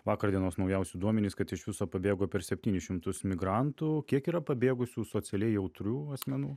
vakar dienos naujausi duomenys kad iš viso pabėgo per septynis šimtus migrantų kiek yra pabėgusių socialiai jautrių asmenų